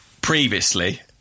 previously